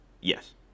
Yes